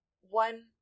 one